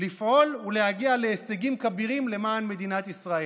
לפעול ולהגיע להישגים כבירים למען מדינת ישראל.